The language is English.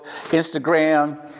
Instagram